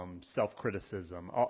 self-criticism